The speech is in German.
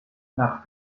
nach